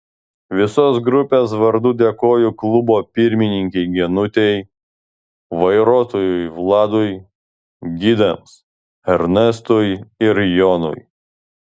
visos grupės vardu dėkoju klubo pirmininkei genutei vairuotojui vladui gidams ernestui ir jonui